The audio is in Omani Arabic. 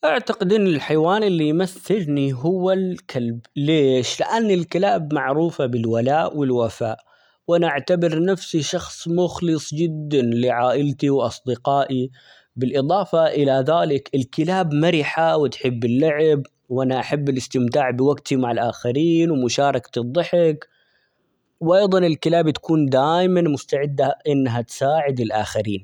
أعتقد إن الحيوان اللى يمثلنى هو الكلب ليش ؟ ؛لأن الكلاب معروفة بالولاء ،والوفاء ،وأنا أعتبر نفسي شخص مخلص جدًا لعائلتي ،وأصدقائي ، بالإضافة إلى ذلك الكلاب مرحة ،وتحب اللعب وأنا أحب الاستمتاع بوقتي مع الآخرين ،ومشاركة الضحك ،وأيضًا الكلاب تكون دايمًا مستعدة إنها تساعد الآخرين.